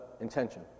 intention